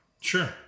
sure